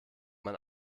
man